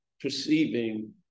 perceiving